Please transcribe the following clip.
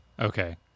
Okay